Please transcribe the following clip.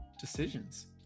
decisions